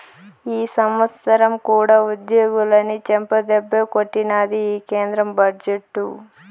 ఈ సంవత్సరం కూడా ఉద్యోగులని చెంపదెబ్బే కొట్టినాది ఈ కేంద్ర బడ్జెట్టు